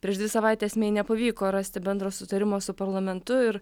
prieš dvi savaites mei nepavyko rasti bendro sutarimo su parlamentu ir